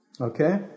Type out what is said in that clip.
Okay